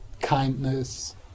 kindness